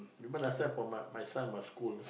remember last time for my my son my school ah